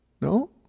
No